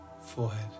forehead